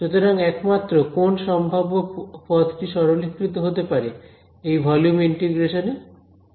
সুতরাং একমাত্র কোন সম্ভাব্য পদটি সরলীকৃত হতে পারে এই ভলিউম ইন্টিগ্রেশন এ শেষ পদ টির কি হবে